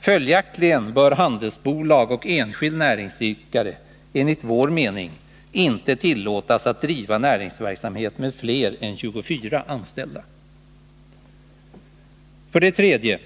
Följaktligen bör handelsbolag och enskild näringsidkare enligt vår mening inte tillåtas att driva näringsverksamhet med fler än 24 anställda. 3.